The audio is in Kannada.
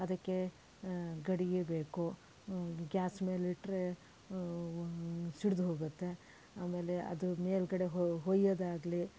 ಅದಕ್ಕೆ ಗಡಿಗೆ ಬೇಕು ಗ್ಯಾಸ್ ಮೇಲಿಟ್ರೆ ಸಿಡಿದು ಹೋಗುತ್ತೆ ಆಮೇಲೆ ಅದು ಮೇಲ್ಗಡೆ ಹೊಯ್ಯೊದಾಗ್ಲಿ